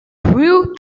crew